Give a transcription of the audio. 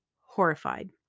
horrified